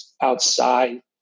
outside